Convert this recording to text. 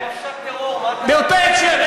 באותו הקשר,